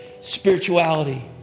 spirituality